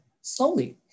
slowly